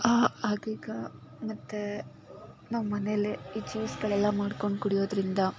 ಹಾಗೆ ಈಗ ಮತ್ತೆ ನಾವು ಮನೆಯಲ್ಲೇ ಈ ಜ್ಯೂಸ್ಗಳೆಲ್ಲ ಮಾಡ್ಕೊಂಡು ಕುಡಿಯೋದರಿಂದ